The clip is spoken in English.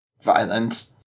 violent